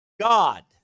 God